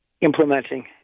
implementing